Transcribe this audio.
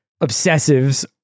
obsessives